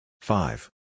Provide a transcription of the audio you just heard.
Five